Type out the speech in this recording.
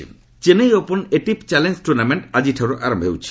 tennis Chennai open ATP challenger tournament ଆଜିଠାରୁ ଆରମ୍ଭ ହେଉଛି